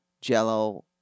jello